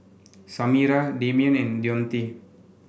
Samira Damien and Deontae